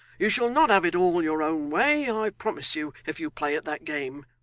you shall not have it all your own way, i promise you, if you play at that game.